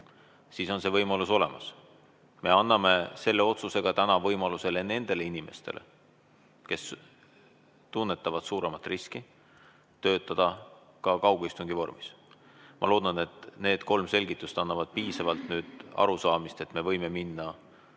siis on see võimalus olemas. Me anname selle otsusega täna võimaluse nendele inimestele, kes tunnetavad suuremat riski, töötada ka kaugistungi vormis. Ma loodan, et need kolm selgitust annavad nüüd piisavalt arusaamist, et me võime minna